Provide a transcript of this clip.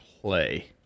play